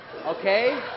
Okay